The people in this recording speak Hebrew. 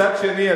מצד שני,